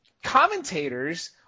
commentators